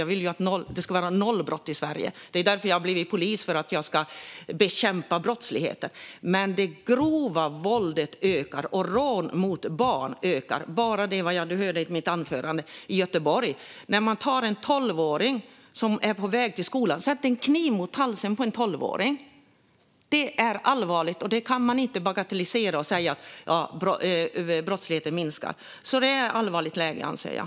Jag vill att det ska vara noll brott i Sverige. Det är därför jag har blivit polis. Jag vill bekämpa brottsligheten. Men det grova våldet liksom rån mot barn ökar. Ta bara det jag lyfte upp i mitt anförande. I Göteborg satte någon en kniv mot halsen på en tolvåring som var på väg till skolan. Detta är allvarligt, och det kan man inte bagatellisera och säga att brottsligheten minskar. Därför anser jag att läget är allvarligt.